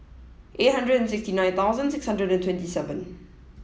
eight hundred and sixty nine thousand six hundred and twenty seven